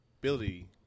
ability